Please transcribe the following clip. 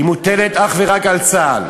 מוטלת אך ורק על צה"ל,